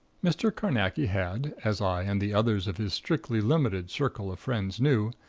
mr. carnacki had, as i and the others of his strictly limited circle of friends knew,